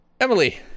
Emily